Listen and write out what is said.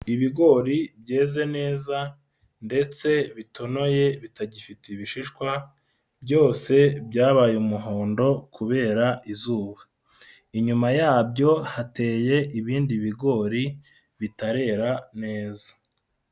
Ibigori byeze neza ndetse bitonoye bitagifite ibishishwa byose byabaye umuhondo kubera izuba. Inyuma yabyo hateye ibindi bigori bitarera neza.